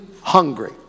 hungry